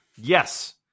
Yes